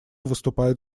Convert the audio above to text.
выступает